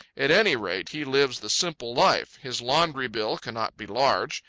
at any rate he lives the simple life. his laundry bill cannot be large.